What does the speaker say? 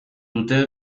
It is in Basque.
dute